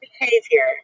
behavior